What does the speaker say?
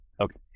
okay